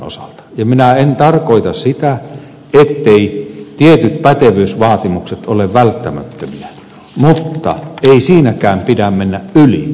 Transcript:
ja minä en tarkoita sitä etteivät tietyt pätevyysvaatimukset ole välttämättömiä mutta ei siinäkään pidä mennä yli järkevän toiminnan kannalta